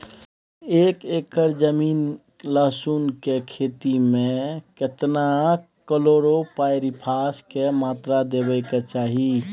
एक एकर जमीन लहसुन के खेती मे केतना कलोरोपाईरिफास के मात्रा देबै के चाही?